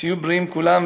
שיהיו בריאים כולם,